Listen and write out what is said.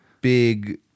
big